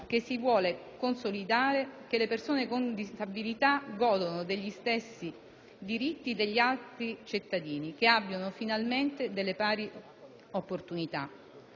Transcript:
che si vuole consolidare che le persone con disabilità godano degli stessi diritti degli altri cittadini, che abbiano finalmente delle pari opportunità.